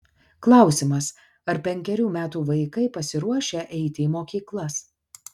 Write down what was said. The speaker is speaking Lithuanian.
klausimas ar penkerių metų vaikai pasiruošę eiti į mokyklas